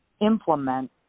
implement